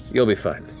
you'll be fine.